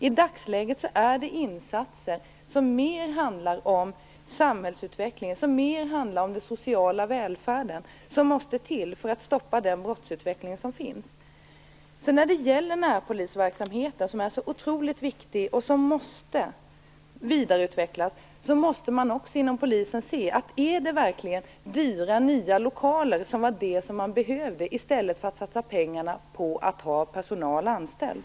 I dagsläget är det insatser som mer handlar om samhällsutvecklingen och den sociala välfärden som måste till för att stoppa den brottsutveckling som sker. När det gäller närpolisverksamheten, vilken är otroligt viktig och måste vidareutvecklas, måste man också inom polisen se om det verkligen är nya och dyra lokaler som man behöver i stället för att satsa pengarna på att ha personal anställd.